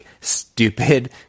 stupid